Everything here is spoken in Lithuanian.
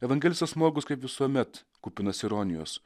evangelistas morkus kaip visuomet kupinas ironijos